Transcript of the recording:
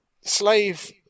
Slave